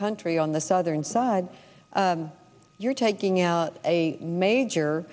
country on the southern side you're taking out a major